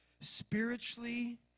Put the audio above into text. spiritually